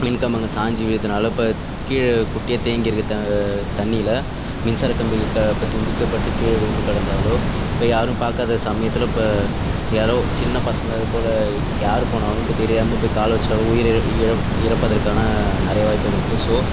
மின்கம்பங்கள் சாஞ்சி விழுகிறதுனால இப்போ கீழே குட்டியாக தேங்கிருக்க தா தண்ணியில் மின்சாரக்கம்பிகள் க இப்போ துண்டிக்கப்பட்டு கீழே விழுந்து கடந்தாலோ இப்போ யாரும் பார்க்காத சமயத்தில் இப்போ யாரோ சின்ன பசங்க அதுபோல் யார் போனாலும் இப்போ தெரியாமல் போய் கால வச்சுட்டாலோ உயிர் இழப் இழ இறப்பதற்கான நிறைய வாய்ப்புகள் இருக்குது ஸோ